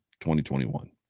2021